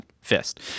fist